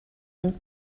und